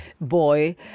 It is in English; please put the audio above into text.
boy